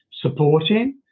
supporting